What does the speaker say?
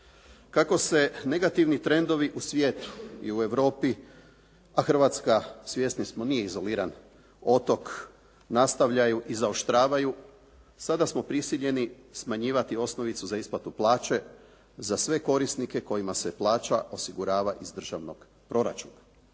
Kako se negativni trendovi u svijetu i u Europi, a Hrvatska, svjesni smo, nije izoliran otok, nastavljaju i zaoštravaju, sada smo prisiljeni smanjivati osnovicu za isplatu plaće za sve korisnike kojima se plaća osigurava iz državnog proračuna